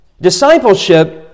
Discipleship